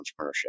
entrepreneurship